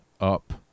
up